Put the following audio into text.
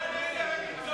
כל דבר,